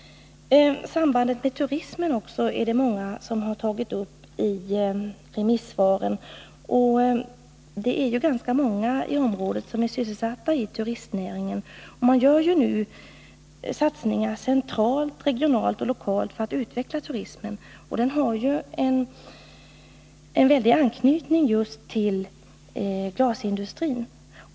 Sambandet med turismen har tagits upp i många av remissvaren. Det är ganska många i området som är sysselsatta i turistnäringen. Man gör nu satsningar centralt, regionalt och lokalt för att utveckla turismen. Den har mycket stark anknytning just till glasindustrin.